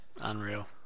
Unreal